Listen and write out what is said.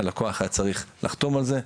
הלקוח היה צריך לחתום על זה,